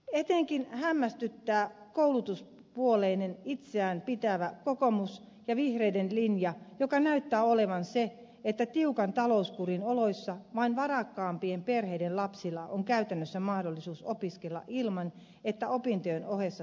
etenkin hämmästyttää koulutuspuolueena itseään pitävän kokoomuksen ja vihreiden linja joka näyttää olevan se että tiukan talouskurin oloissa vain varakkaampien perheiden lapsilla on käytännössä mahdollisuus opiskella ilman että opintojen ohessa käydään töissä